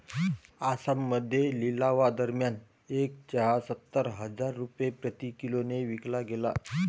आसाममध्ये लिलावादरम्यान एक चहा सत्तर हजार रुपये प्रति किलोने विकला गेला